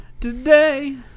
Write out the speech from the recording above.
Today